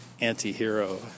anti-hero